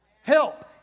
Help